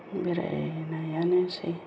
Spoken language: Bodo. बेरायनायानोसै